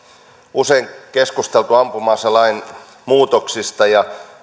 usein keskusteltu ampuma aselain muutoksista ja